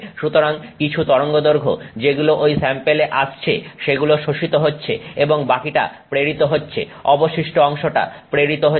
সুতরাং কিছু তরঙ্গদৈর্ঘ্য যেগুলো ঐ স্যাম্পেলে আসছে সেগুলো শোষিত হচ্ছে এবং বাকিটা প্রেরিত হচ্ছে অবশিষ্ট অংশটা প্রেরিত হচ্ছে